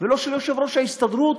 ולא של יושב-ראש ההסתדרות,